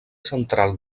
central